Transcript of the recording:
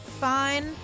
fine